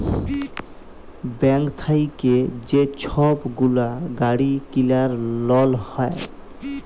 bank থ্যাইকে যে ছব গুলা গাড়ি কিলার লল হ্যয়